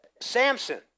Samson